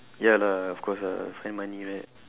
ya lah of course lah find money right